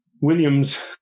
Williams